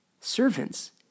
Servants